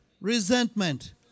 resentment